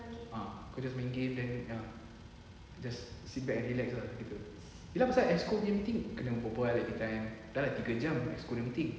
ah just main game then ah just sit back and relax ah gitu then I was like exco meeting kena berbual dah lah tiga jam exco meeting